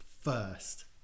first